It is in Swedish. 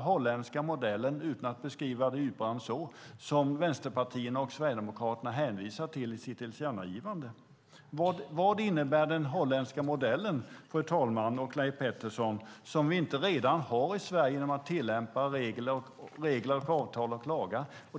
holländska modellen, utan att beskriva den djupare, som vänsterpartierna och Sverigedemokraterna hänvisar till i sitt tillkännagivande. Vad innebär den holländska modellen, fru talman och Leif Pettersson, som vi inte redan har i Sverige när vi tillämpar regler, avtal och lagar?